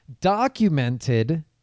documented